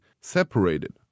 separated